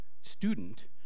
student